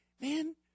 man